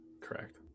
correct